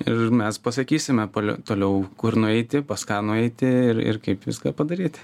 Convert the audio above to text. ir mes pasakysime pol toliau kur nueiti pas ką nueiti ir ir kaip viską padaryti